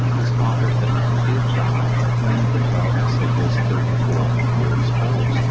his father then did die when bashar al-assad was thirty four years old.